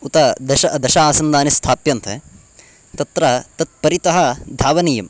उत दश दश आसन्दानि स्थाप्यन्ते तत्र तत्परितः धावनीयम्